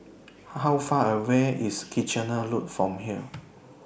How Far away IS Kitchener Road from here